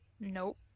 Nope